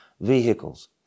vehicles